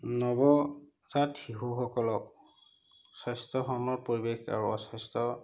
নৱজাত শিশুসকলক স্বাস্থ্যসন্মত পৰিৱেশ আৰু অস্বাস্থ্য